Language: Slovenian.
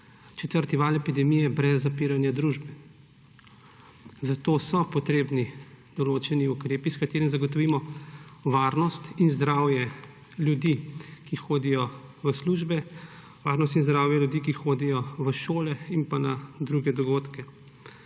četrti val epidemije brez zapiranja družbe. Za to so potrebni določeni ukrepi, s katerimi zagotovimo varnost in zdravje ljudi, ki hodijo v službe, varnost in zdravje ljudi, ki hodijo v šole in na druge dogodke.